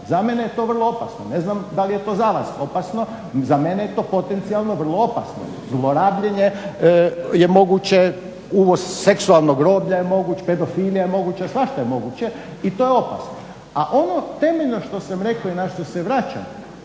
za mene je to vrlo opasno, ne znam da li je to za vas opasno, za mene je to potencijalno vrlo opasno. Zlorabljenje je moguće, uvoz seksualnog roblja je moguć, pedofilija je moguća, svašta je moguće i to je opasno. A ono temeljno što sam rekao i na što se vraćam